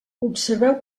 observeu